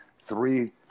three